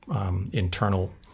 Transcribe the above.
internal